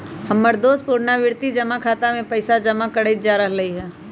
हमर दोस पुरनावृति जमा खता में पइसा जमा करइते जा रहल हइ